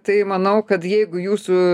tai manau kad jeigu jūsų